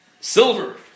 silver